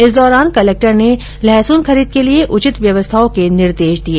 इस दौरान कलेक्टर ने खरीद के लिये उचित व्यवस्थाओ के निर्देश दिए